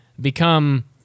become